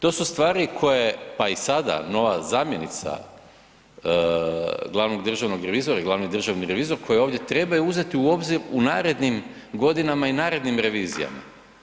To su stvari koje, pa i sada, nova zamjenica glavnog državnog revizora, glavni državni revizor koji ovdje trebaju uzeti u obzir u narednim godinama i narednim revizijama.